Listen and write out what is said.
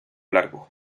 largo